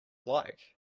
like